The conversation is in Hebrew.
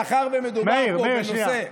מאחר שמדובר פה בנושא --- מאיר,